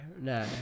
no